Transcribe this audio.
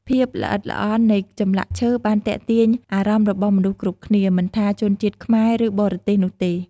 ភាពល្អិតល្អន់នៃចម្លាក់ឈើបានទាក់ទាញអារម្មណ៍របស់មនុស្សគ្រប់គ្នា មិនថាជនជាតិខ្មែរ ឬបរទេសនោះទេ។